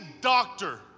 doctor